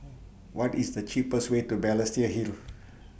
What IS The cheapest Way to Balestier Hill